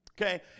Okay